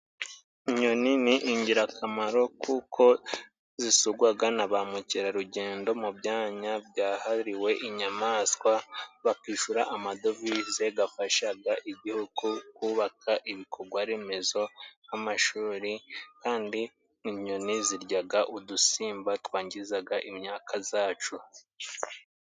Inyoni ni ingirakamaro kuko zisugwaga na bamukerarugendo mu byanya byahariwe inyamaswa, bakishura amadovize gafashaga Igihugu kubaka ibikogwa remezo nk'amashuri. Kandi inyoni ziryaga udusimba turyaga imyaka zacu.